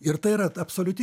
ir tai yra absoliuti